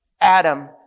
Adam